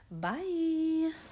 Bye